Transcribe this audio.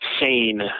sane